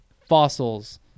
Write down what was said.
fossils